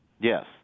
Yes